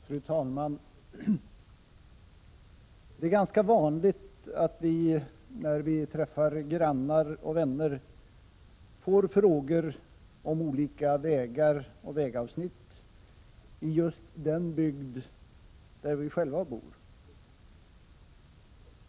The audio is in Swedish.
Fru talman! Det är ganska vanligt att vi, när vi träffar grannar och vänner, får frågor om olika vägar och vägavsnitt i just den bygd där vi själva bor.